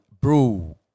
bro